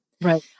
Right